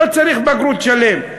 לא צריך בגרות שלמה.